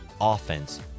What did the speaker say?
offense